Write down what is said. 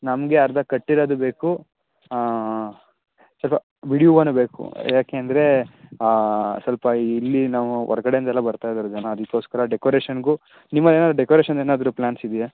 ನಮಗೆ ಅರ್ಧ ಕಟ್ಟಿರೋದು ಬೇಕು ಹಾಂ ಸ್ವಲ್ಪ ಬಿಡಿ ಹೂವನು ಬೇಕು ಏಕೆಂದ್ರೆ ಸ್ವಲ್ಪ ಇಲ್ಲಿ ನಾವು ಹೊರಗಡೆಯಿಂದೆಲ್ಲ ಬರ್ತಾಯಿದ್ದಾರೆ ಜನ ಅದಕ್ಕೋಸ್ಕರ ಡೆಕೋರೇಷನ್ಗೂ ನಿಮ್ಮಲ್ಲಿ ಏನಾದ್ರೂ ಡೆಕೋರೇಷನ್ ಏನಾದ್ರೂ ಪ್ಲಾನ್ಸ್ ಇದ್ದೀಯಾ